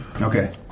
Okay